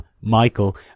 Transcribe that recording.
Michael